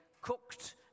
cooked